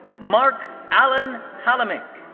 mark allan halamik.